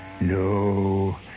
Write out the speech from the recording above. No